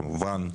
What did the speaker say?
כמובן,